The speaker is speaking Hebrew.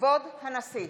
כבוד הנשיא!